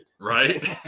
Right